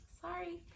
Sorry